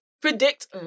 predict